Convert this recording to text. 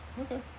okay